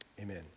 amen